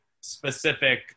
specific